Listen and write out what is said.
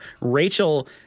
Rachel